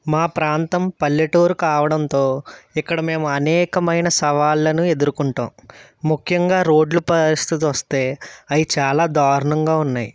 మా ప్రాంతం పల్లెటూరు కావడంతో ఇక్కడ మేము అనేకమైన సవాళ్లను ఎదుర్కొంటాం ముఖ్యంగా రోడ్లు పరిస్థితులు వస్తే అవి చాలా దారుణంగా ఉన్నాయి